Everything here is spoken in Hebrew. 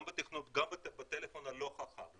גם בטפלון הלא חכם.